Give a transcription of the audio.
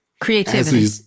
Creativity